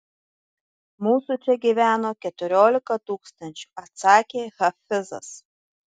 mūsų čia gyveno keturiolika tūkstančių atsakė hafizas